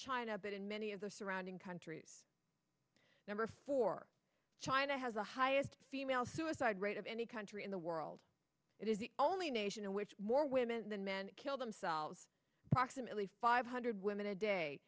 in many of the surrounding countries number four china has the highest female suicide rate of any country in the world it is the only nation in which more women than men kill themselves approximately five hundred women a day